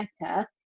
better